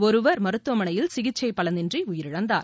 ஒருவர் மருத்துவ மனையில் சிகிச்சை பலனின்றி உயிரிழந்தார்